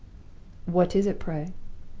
what is it, pray?